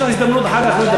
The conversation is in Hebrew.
יש לך הזדמנות אחר כך לדבר,